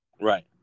Right